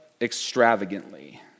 extravagantly